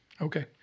Okay